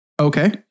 Okay